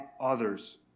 others